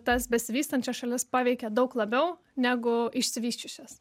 tas besivystančias šalis paveikia daug labiau negu išsivysčiusias